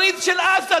בעיר חיפה,